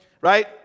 right